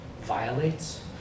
violates